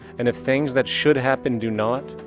and if things that should happen, do not.